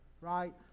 right